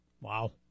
Wow